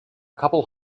couple